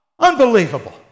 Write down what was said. Unbelievable